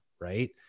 right